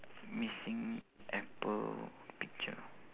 missing apple picture